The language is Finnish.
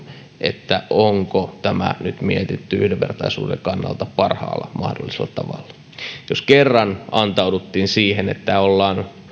että onko tämä nyt mietitty yhdenvertaisuuden kannalta parhaalla mahdollisella tavalla jos kerran antauduttiin siihen että ollaan